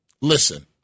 listen